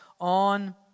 on